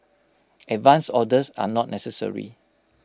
advance orders are not necessary